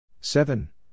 seven